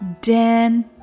dan